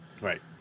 Right